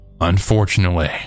Unfortunately